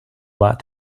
lot